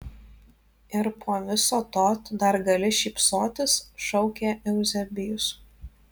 ir po viso to tu dar gali šypsotis šaukė euzebijus